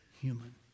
human